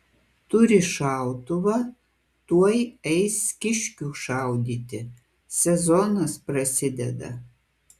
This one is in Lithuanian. turi šautuvą tuoj eis kiškių šaudyti sezonas prasideda